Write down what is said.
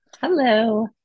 Hello